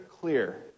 clear